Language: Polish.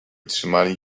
trzymali